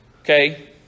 okay